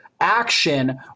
action